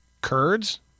Kurds